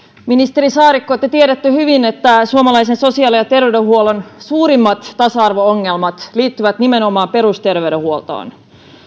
ministeri saarikko te tiedätte hyvin että suomalaisen sosiaali ja terveydenhuollon suurimmat tasa arvo ongelmat liittyvät nimenomaan perusterveydenhuoltoon